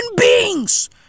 beings